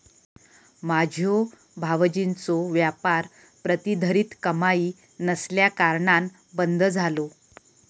माझ्यो भावजींचो व्यापार प्रतिधरीत कमाई नसल्याकारणान बंद झालो